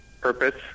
purpose